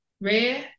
rare